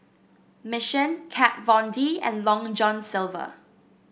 Mission Kat Von D and Long John Silver